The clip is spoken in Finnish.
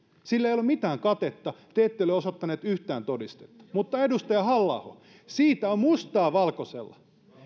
sille ei ole mitään katetta te ette ole osoittaneet yhtään todistetta mutta edustaja halla aho siitä on mustaa valkoisella